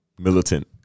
militant